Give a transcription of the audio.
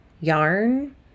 yarn